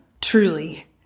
Truly